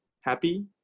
happy